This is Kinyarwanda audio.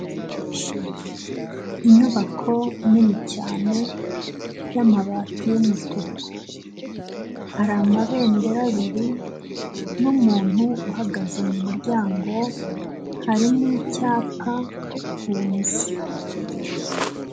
Inyubako nini cyane, y'amabati y'umutuku. Hari amabendera abiri, n'umuntu uhagaze mu muryango, hari n'icyapa ku nzu.